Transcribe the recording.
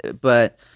But-